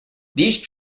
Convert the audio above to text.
these